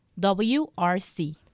WRC